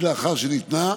לאחר שניתנה,